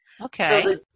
Okay